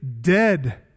dead